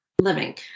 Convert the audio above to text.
living